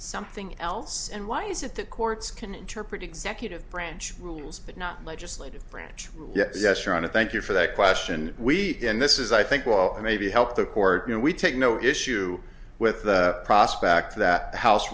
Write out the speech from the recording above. something else and why is it the courts can interpret executive branch rules but not legislative branch yet yes your honor thank you for that question we and this is i think well maybe help the court you know we take no issue with the prospect that house